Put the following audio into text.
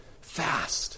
fast